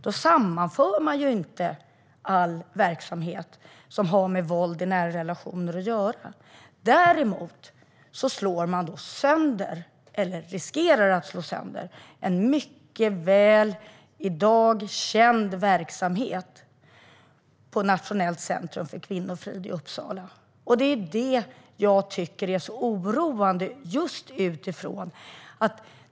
Då sammanför man inte all verksamhet som har med våld i nära relationer att göra. Däremot slår man sönder - eller riskerar att slå sönder - en i dag mycket välkänd verksamhet vid Nationellt centrum för kvinnofrid i Uppsala. Det är detta jag tycker är så oroande.